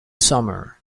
summer